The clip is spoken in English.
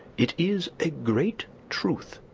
it is a great truth.